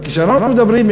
רק כשאנחנו מדברים,